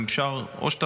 אז אם אפשר, או שתפסיק.